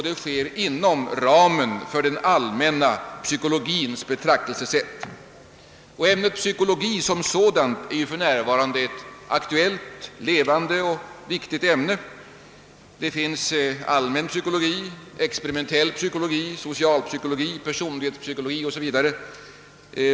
Det sker inom ramen för den allmänna psykologiens betraktelsesätt. Ämnet psykologi som sådant är ju för närvarande ett äktuellt, levande och viktigt ämne. Det finns allmän psykologi, experimentell psykologi, socialpsykologi, personlighetspsykologi o. s. v.